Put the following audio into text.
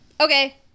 Okay